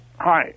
Hi